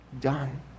done